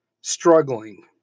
struggling